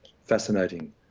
fascinating